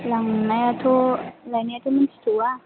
लांनायाथ' लायनायाथ' मिथिथ'वा